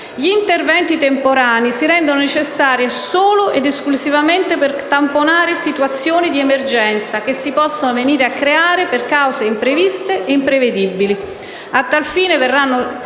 Gli interventi temporanei si renderanno necessari solo ed esclusivamente per tamponare situazioni di emergenza che si possano venire a creare per cause impreviste e imprevedibili.